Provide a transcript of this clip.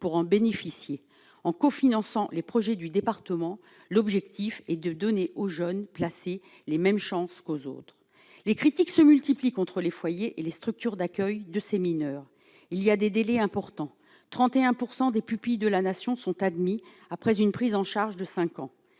pour en bénéficier, en co-finançant les projets du département, l'objectif est de donner aux jeunes placés les mêmes chances qu'aux autres, les critiques se multiplient contre les foyers et les structures d'accueil de ces mineurs il y a des délais importants 31 % des pupilles de la nation sont admis après une prise en charge de 5 ans,